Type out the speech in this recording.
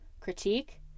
critique